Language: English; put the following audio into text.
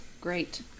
great